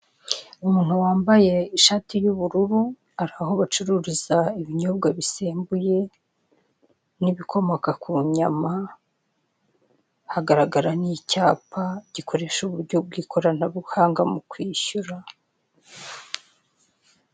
Umuntu wambaye ishati y'ubururu, ari aho bacururiza ibinyobwa bisembuye n'ibikomoka ku nyama, hagaragara n'icyapa gikoresha uburyo bw'ikoranabuhanga mu kwishyura.